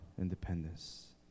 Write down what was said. independence